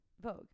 Vogue